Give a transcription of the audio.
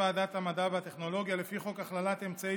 ועדת הפנים והגנת הסביבה וועדת המדע והטכנולוגיה לפי חוק הכללת אמצעי